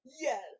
Yes